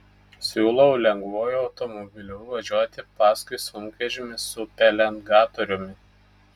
siūlau lengvuoju automobiliu važiuoti paskui sunkvežimį su pelengatoriumi